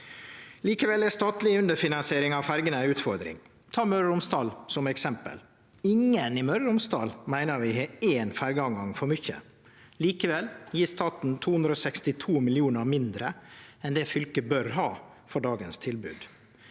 Likevel er statleg underfinansiering av ferjene ei utfordring. Ta Møre og Romsdal som eksempel. Ingen i Møre og Romsdal meiner vi har éin ferjeavgang for mykje. Likevel gjev staten 262 mill. kr mindre enn det fylket bør ha til dagens tilbod.